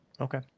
Okay